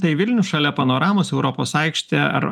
tai vilnius šalia panoramos europos aikštė ar